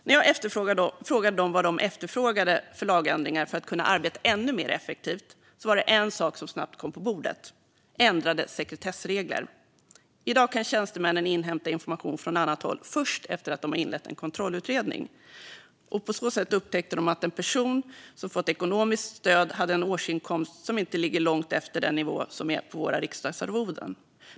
När jag frågade dem vad de efterfrågade för lagändringar för att kunna arbeta ännu mer effektivt var det en sak som snabbt kom på bordet: ändrade sekretessregler. I dag kan tjänstemännen inhämta information från annat håll först efter att de har inlett en kontrollutredning. På så sätt upptäckte de att en person som fått ekonomiskt stöd hade en årsinkomst som inte ligger långt efter nivån på våra riksdagsarvoden.